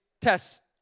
test